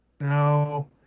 No